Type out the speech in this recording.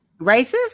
Racist